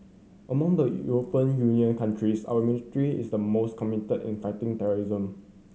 among the European Union countries our military is the most committed in fighting terrorism